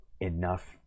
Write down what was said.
enough